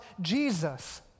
Jesus